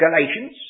Galatians